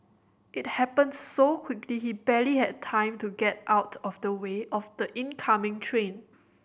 it happened so quickly he barely had time to get out of the way of the oncoming train